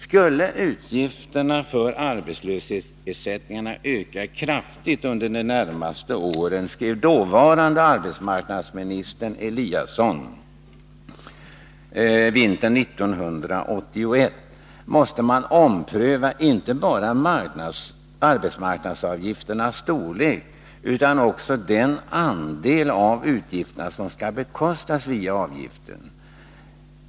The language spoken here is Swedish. Skulle utgifterna för arbetslöshetsersättningarna öka kraftigt under de närmaste åren, måste man ompröva inte bara arbetsmarknadsavgiftens storlek utan också den andel av utgifterna som skall bekostas via avgiften. Så skrev dåvarande arbetsmarknadsministern Eliasson vintern 1981.